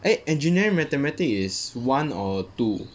eh engineering mathematics is one or two